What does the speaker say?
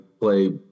play